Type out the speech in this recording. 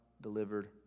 delivered